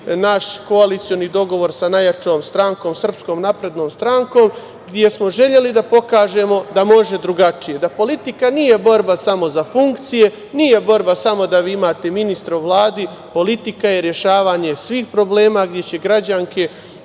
naš koalicioni dogovor sa najjačom strankom, SNS, gde smo želeli da pokažemo da može drugačije, da politika nije borba samo za funkcije, nije borba samo da vi imate ministra u Vladi. Politika je rešavanje svih problema gde će građanke